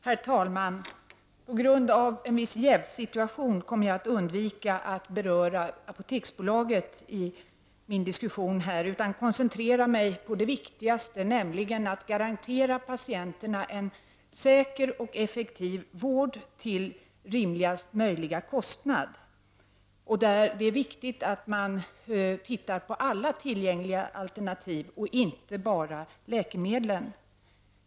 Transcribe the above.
Herr talman! På grund av en viss jävssituation kommer jag att undvika att beröra Apoteksbolaget i min diskussion här och i stället koncentrera mig på det viktigaste, nämligen att garantera patienterna en säker och effektiv vård till rimligaste möjliga kostnacG. Det är här viktigt att man ser på alla tillgängliga alternativ och inte bara läkemedlen.